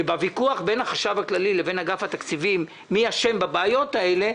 בוויכוח בין החשב הכללי לבין אגף התקציבים מי אשם בבעיות האלה,